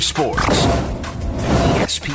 Sports